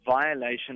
violation